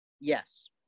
Yes